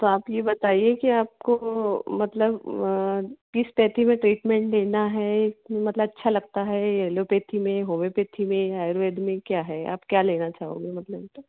तो आप यह बताइए कि आपको मतलब तो किस तेथि में ट्रीटमेंट देना है मतलब अच्छा लगता है एलोपैथी में होम्योपैथी में आयुर्वेद में क्या है आप क्या लेना चाहोगे मतलब तो